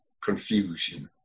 confusion